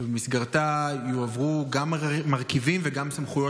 שבמסגרתה יועברו גם מרכיבים וגם סמכויות